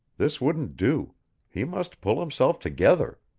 this wouldn't do he must pull himself together.